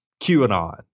QAnon